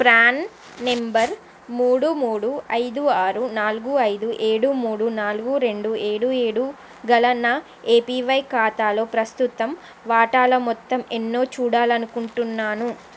PRAN number మూడు మూడు ఐదు ఆరు నాలుగు ఐదు ఏడు మూడు నాలుగు రెండు ఏడు ఏడు గల నా ఏపివై ఖాతాలో ప్రస్తుతం వాటాల మొత్తం ఎన్నో చూడాలనుకుంటున్నాను